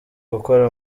gukora